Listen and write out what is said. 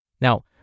Now